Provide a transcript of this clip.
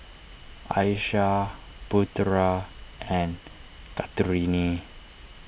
Aishah Putra and Kartini